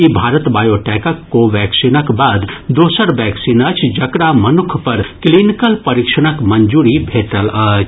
ई भारत बायोटैकक कोवैक्सीनक बाद दोसर वैक्सीन अछि जकरा मनुक्ख पर क्लीनिकल परीक्षणक मंजूरी भेटल अछि